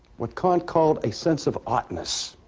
what kant called a sense of oughtness,